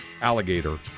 Alligator